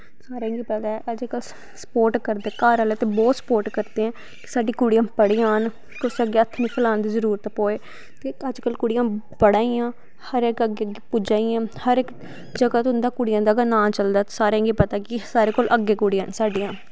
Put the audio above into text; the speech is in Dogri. सारें गी पता ऐ अजकल स्पोर्ट करदे घर आह्ले ते बहुत स्पोर्ट करदे ऐ कि साढ़ी कुड़ियां पढ़ी जान कुसै अग्गैं हत्थ नी फलान दी जरूरत पवै ते अज कल कुड़ियां पढ़ा दियां हर इक अग्गै अग्गै पुज्जा दियां हर इक जगह च उंदा कुड़ियं दा गै नांऽ चलदा सारें गी पता कि सारें कोल अग्गैं कुड़ियां न साढ़ियां